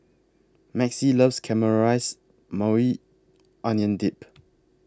Maxie loves Caramelized Maui Onion Dip